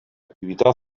attività